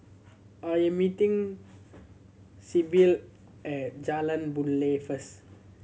I am meeting Sybil at Jalan Boon Lay first